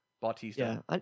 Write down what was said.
bautista